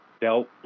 dealt